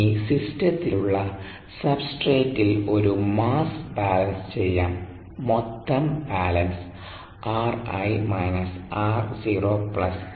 ഇനി സിസ്റ്റത്തിലുള്ള സബ്സ്ട്രേറ്റിൽ ഒരു മാസ് ബാലൻസ് ചെയ്യാം മൊത്തം ബാലൻസ്